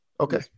Okay